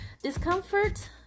Discomfort